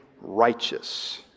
righteous